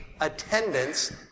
attendance